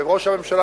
וראש הממשלה,